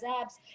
abs